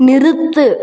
நிறுத்து